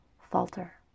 falter